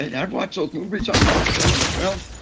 and i've watched those movies. i'm not a killer. well,